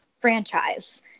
franchise